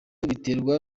biterwa